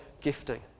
gifting